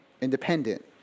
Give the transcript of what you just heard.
independent